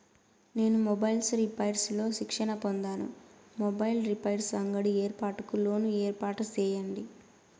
నేను mobiles repairs లో శిక్షణ పొందాను, మొబైల్ రిపైర్స్ అంగడి ఏర్పాటుకు లోను ఏర్పాటు సేయండి?